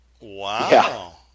Wow